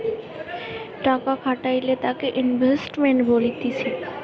টাকা খাটাইলে তাকে ইনভেস্টমেন্ট বলতিছে